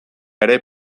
ere